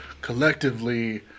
collectively